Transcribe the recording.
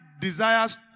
desires